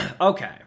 Okay